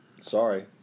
Sorry